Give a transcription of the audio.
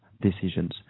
decisions